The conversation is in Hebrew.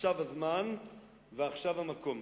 עכשיו הזמן ועכשיו המקום,